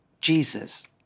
Jesus